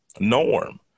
norm